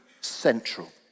central